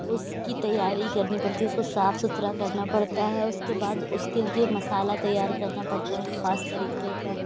اس کی تیاری کرنی پڑتی ہے اس کو صاف ستھرا کرنا پڑتا ہے اس کے بعد اس کے لیے مسالہ تیار کرنا پڑتا ہے خاص طریقے کا